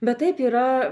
bet taip yra